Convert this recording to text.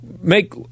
make